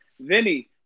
Vinny